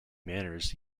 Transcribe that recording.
manners